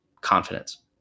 confidence